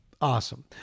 awesome